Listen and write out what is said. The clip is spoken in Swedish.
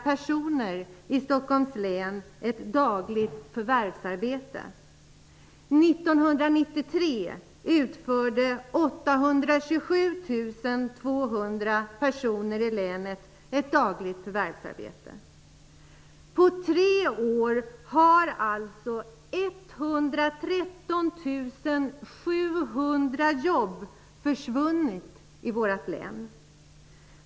personer i länet ett dagligt förvärvsarbete. På tre år har alltså 113 700 jobb försvunnit i vårt län.